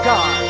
God